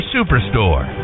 Superstore